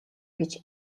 гэж